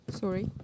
sorry